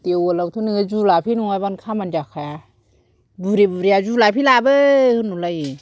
देवलावथ' नोङो जुलाफे नङाबानो खामानि जाखाया बुरै बुरैया जुलाफे लाबो ह़ोनहरलायो